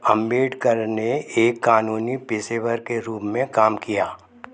अम्बेडकर ने एक कानूनी पेशेवर के रूप में काम किया